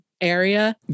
area